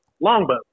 longbow